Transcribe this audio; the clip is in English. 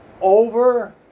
over